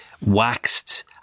waxed